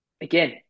again